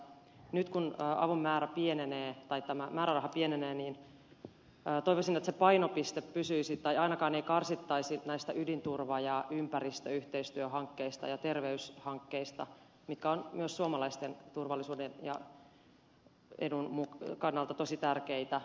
nyt kun tämä määräraha pienenee niin toivoisin että se painopiste pysyisi tai ainakaan ei karsittaisi näistä ydinturva ja ympäristöyhteistyöhankkeista ja terveyshankkeista mitkä ovat myös suomalaisten turvallisuuden ja edun kannalta tosi tärkeitä